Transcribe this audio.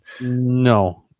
No